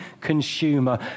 consumer